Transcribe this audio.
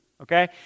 Okay